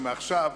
שמעכשיו,